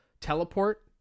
Teleport